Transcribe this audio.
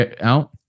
out